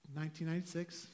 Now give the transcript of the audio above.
1996